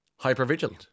hypervigilant